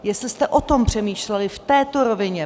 Jestli jste o tom přemýšleli v této rovině.